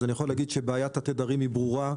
אז אני יכול להגיד שבעיית התדרים היא ברורה,